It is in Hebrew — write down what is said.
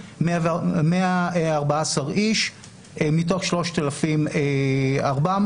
114 איש מתוך 3,400,